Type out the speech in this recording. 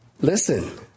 Listen